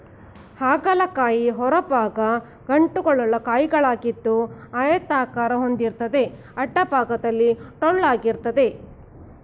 ಹಾಗಲ ಕಾಯಿ ಹೊರಭಾಗ ಗಂಟುಳ್ಳ ಕಾಯಿಯಾಗಿದ್ದು ಆಯತಾಕಾರ ಹೊಂದಿರ್ತದೆ ಅಡ್ಡಭಾಗದಲ್ಲಿ ಟೊಳ್ಳಾಗಿರ್ತದೆ